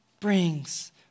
brings